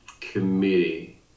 committee